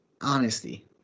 honesty